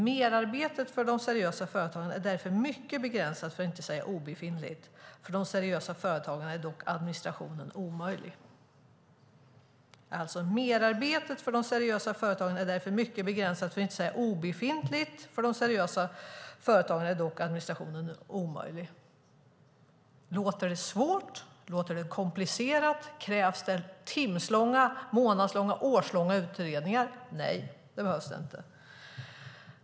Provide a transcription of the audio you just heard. Merarbetet för de seriösa företagen är därför mycket begränsat, för att inte säga obefintligt. För de oseriösa företagen är dock administrationen omöjlig." Låter det svårt? Låter det komplicerat? Krävs det timslånga, månadslånga eller årslånga utredningar? Nej, det behövs inte.